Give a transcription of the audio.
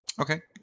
Okay